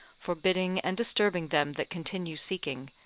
forbidding and disturbing them that continue seeking,